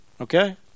Okay